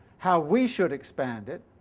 how we should expand it,